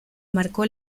marcó